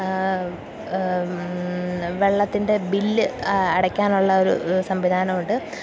ആ വെള്ളത്തിൻ്റെ ബില്ല് അടയ്ക്കാനുള്ള ഒരു സംവിധാനമുണ്ട്